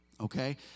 okay